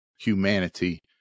humanity